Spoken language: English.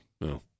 No